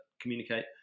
Communicate